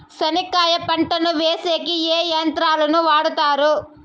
చెనక్కాయ పంటను వేసేకి ఏ యంత్రాలు ను వాడుతారు?